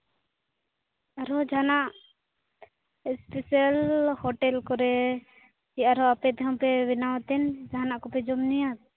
ᱟᱨᱦᱚᱸ ᱡᱟᱦᱟᱱᱟᱜ special hotel ᱠᱚᱨᱮ ᱥᱮ ᱟᱨᱦᱚᱸ ᱟᱯᱮ ᱛᱮᱦᱚᱸ ᱯᱮ ᱵᱮᱱᱟᱣ ᱛᱮᱱ ᱡᱟᱦᱟᱱᱟᱜ ᱠᱚᱯᱮ ᱡᱚᱢ ᱧᱩᱭᱟ